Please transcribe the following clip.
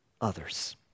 others